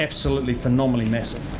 absolutely phenomenally massive,